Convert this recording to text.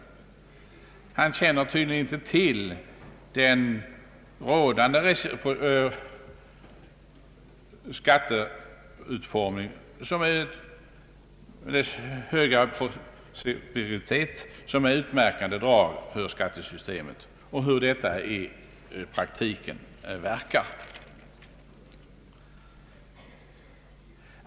Statsministern känner tydligen inte till den rådande beskattningens utformning med den höga progressivitet som är ett utmärkande drag för skattesystemet och hur detta i praktiken verkar.